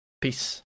Peace